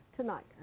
Tonight